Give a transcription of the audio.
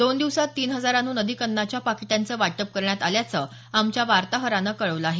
दोन दिवसांत तीन हजारांहून अधिक अन्नाच्या पाकिटांचं वाटप करण्यात आल्याचं आमच्या वार्ताहरानं कळवलं आहे